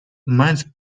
mind